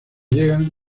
llegan